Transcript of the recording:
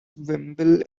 wimble